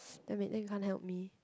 damn it then you can't help me